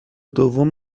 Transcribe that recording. دوم